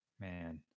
man